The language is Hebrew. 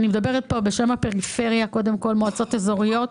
אני מדברת כאן בשם הפריפריה, בשם מועצות אזוריות.